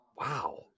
wow